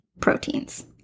proteins